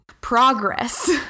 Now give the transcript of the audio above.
progress